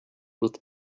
with